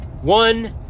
One